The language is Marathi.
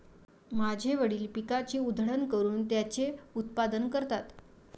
माझे वडील पिकाची उधळण करून त्याचे उत्पादन करतात